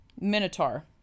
minotaur